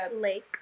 lake